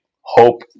hope